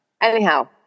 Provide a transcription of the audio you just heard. Anyhow